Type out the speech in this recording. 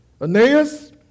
Aeneas